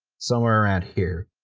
somewhere around here.